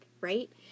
right